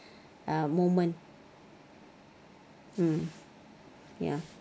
ah moment mm ya